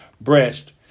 breast